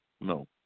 no